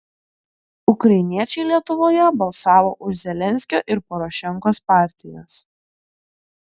ukrainiečiai lietuvoje balsavo už zelenskio ir porošenkos partijas